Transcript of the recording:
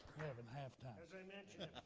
um and half time. as i mentioned,